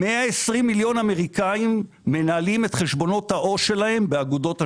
120 מיליון אמריקאים מנהלים את חשבונות העו"ש שלהם באגודות אשראי.